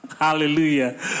Hallelujah